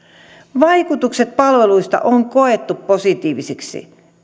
vaikutukset on koettu positiivisiksi